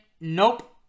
Nope